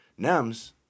NEMS